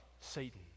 Satan